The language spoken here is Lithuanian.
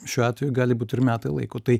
šiuo atveju gali būt ir metai laiko tai